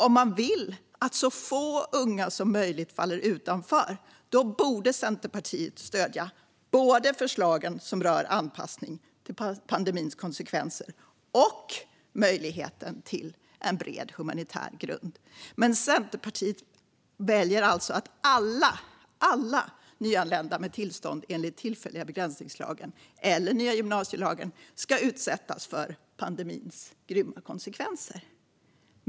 Om Centerpartiet vill att så få unga som möjligt ska falla utanför borde man stödja både det förslag som rör anpassning till pandemins konsekvenser och möjligheten till en bred humanitär grund. Men Centerpartiet väljer alltså att alla - alla! - nyanlända med tillstånd enligt tillfälliga begränsningslagen eller den nya gymnasielagen ska utsättas för pandemins grymma konsekvenser.